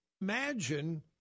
Imagine